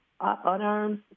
unarmed